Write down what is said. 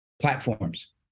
platforms